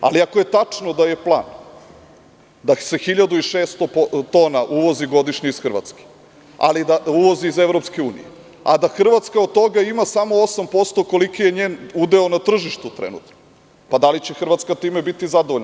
Ali ako je tačno da je plan da se 1600 tona uvozi godišnje iz Hrvatske, uvoz iz EU, a da Hrvatska od toga ima samo 8% koliki je njen udeo na tržištu trenutno, da li će Hrvatska time biti zadovoljna?